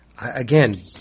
again